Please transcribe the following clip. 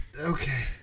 okay